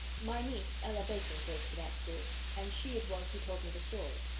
my niece, ella baker, goes to that school and she it was who told me the story.